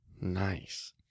Nice